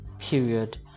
period